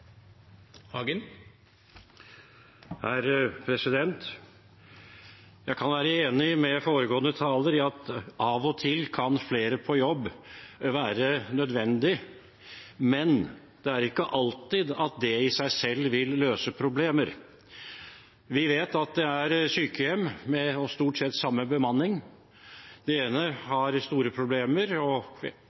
at av og til kan flere på jobb være nødvendig, men det er ikke alltid det i seg selv vil løse problemer. Vi vet at det er sykehjem med stort sett samme bemanning, hvor det ene har store problemer og